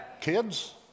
kids